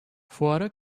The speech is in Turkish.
fuara